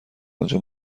آنجا